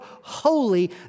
holy